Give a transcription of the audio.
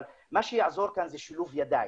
אבל מה שיעזור כאן זה שילוב ידיים.